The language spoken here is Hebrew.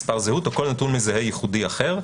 מספר זהות או כל נתון מזהה ייחודי אחר".